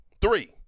Three